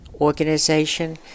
organization